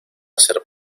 ser